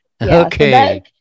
Okay